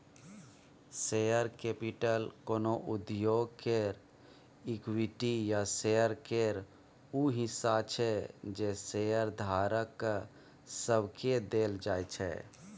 share capital कोनो उद्योग केर इक्विटी या शेयर केर ऊ हिस्सा छै जे शेयरधारक सबके देल जाइ छै